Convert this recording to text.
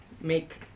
make